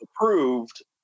approved